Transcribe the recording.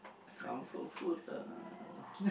comfort food ah